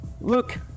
look